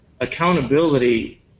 accountability